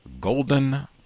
Golden